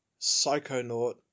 Psychonaut